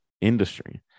industry